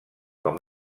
com